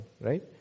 right